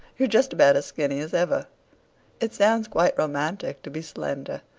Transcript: you're just about as skinny as ever it sounds quite romantic to be slender,